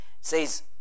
says